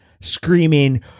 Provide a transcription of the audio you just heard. screaming